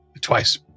twice